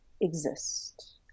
exist